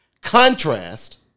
contrast